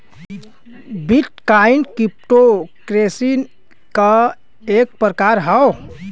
bit coin crypto currency क एक प्रकार हौ